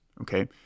okay